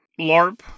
LARP